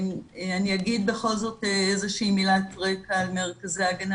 אני אגיד בכל זאת איזה שהיא מילת רקע על מרכזי ההגנה,